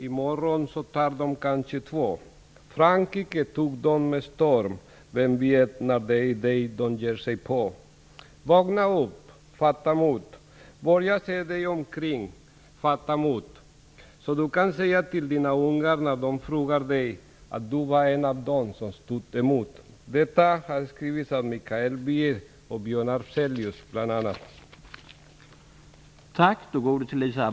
I morgon tar de kanske två. Frankrike tog de med storm. Vem vet när det är dig de ger sig på. Vakna upp, fatta mod! Börja se dig omkring. Fatta mod, så att du kan säga till dina ungar när de frågar dig att du var en av dem som stod emot. Detta har skrivits av bl.a. Mikael Wiehe och Björn